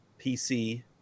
PC